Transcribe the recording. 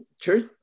church